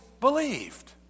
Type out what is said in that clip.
believed